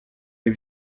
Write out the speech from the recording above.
les